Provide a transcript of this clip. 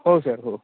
हो सर हो